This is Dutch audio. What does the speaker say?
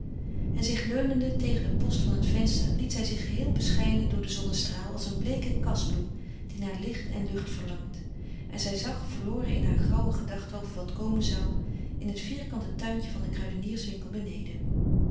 en zich leunende tegen den post van het venster liet zij zich geheel beschijnen door den zonnestraal als een bleeke kasbloem die naar licht en lucht verlangt en zij zag verloren in haar grauwe gedachten over wat komen zou in het vierkante tuintje van den kruidenierswinkel beneden